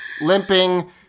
limping